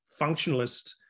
functionalist